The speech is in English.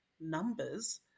numbers